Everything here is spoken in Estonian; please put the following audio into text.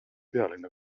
pealinna